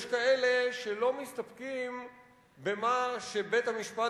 יש כאלה שלא מסתפקים במה שבית-המשפט